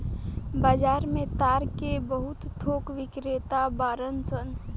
बाजार में ताड़ के बहुत थोक बिक्रेता बाड़न सन